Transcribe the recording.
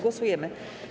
Głosujemy.